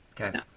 okay